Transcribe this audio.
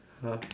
!huh!